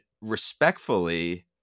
respectfully